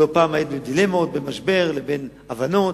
לא פעם היית בדילמה בין משבר לבין הבנות.